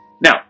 Now